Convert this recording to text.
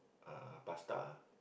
ah pasta